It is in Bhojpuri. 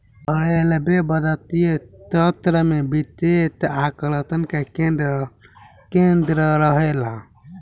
रेलवे बजटीय सत्र में विशेष आकर्षण के केंद्र रहेला